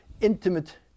intimate